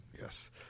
yes